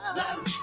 love